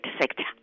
sector